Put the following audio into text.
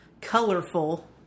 colorful